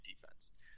defense